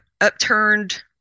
upturned